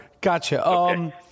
Gotcha